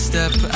Step